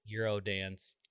Eurodance